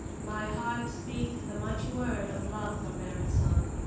my heart speak the much word of love for merrit san.